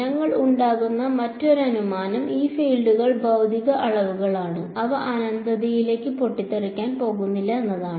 ഞങ്ങൾ ഉണ്ടാക്കുന്ന മറ്റൊരു അനുമാനം ഈ ഫീൽഡുകൾ ഭൌതിക അളവുകളാണ് അവ അനന്തതയിലേക്ക് പൊട്ടിത്തെറിക്കാൻ പോകുന്നില്ല എന്നതാണ്